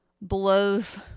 blows